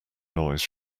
noise